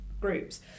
groups